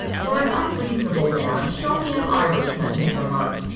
for an unreasonable man, show me an irishman, he remarked.